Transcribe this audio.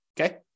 okay